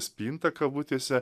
spintą kabutėse